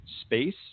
space